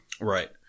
Right